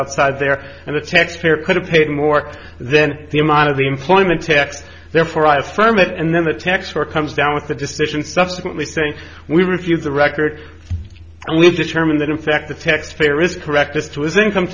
outside there and the tax payer could have paid more then the amount of the employment tax therefore i affirm it and then the tax or comes down with the decision subsequently saying we refuse the record and we've determined that in fact the taxpayer is correct as to his income